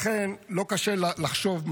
לכן לא קשה לחשוב,